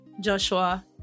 Joshua